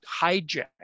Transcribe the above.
hijack